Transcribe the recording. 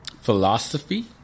philosophy